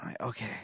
Okay